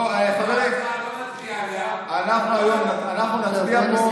בוא, חברים, אנחנו נצביע פה.